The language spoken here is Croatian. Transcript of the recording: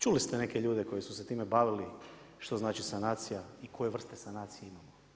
Čuli ste neke ljude koji su se time bavili, što znači sanacija i koje vrste sanacija imamo.